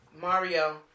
Mario